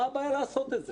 מה הבעיה לעשות את זה?